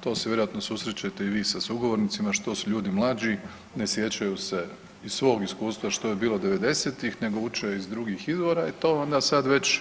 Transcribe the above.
To se vjerojatno susrećete i vi sa sugovornicima, što su ljudi mlađi, ne sjećaju se svog iskustva što je bilo 90-ih nego uče iz drugih izvora i to onda sad već